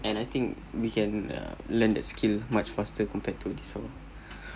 and I think we can learn uh the skill much faster compared to